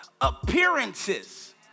appearances